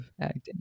acting